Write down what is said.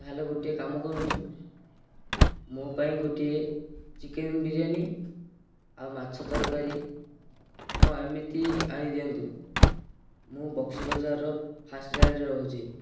ତା'ହେଲେ ଗୋଟିଏ କାମ କରନ୍ତୁ ମୋ ପାଇଁ ଗୋଟିଏ ଚିକେନ ବିରିୟାନି ଆଉ ମାଛ ତରକାରୀ ହଁ ଏମିତି ଆଣି ଦିଅନ୍ତୁ ମୁଁ ବକ୍ସି ବଜାରର ଫାର୍ଷ୍ଟ ଲାଇନ୍ରେ ରହୁଛି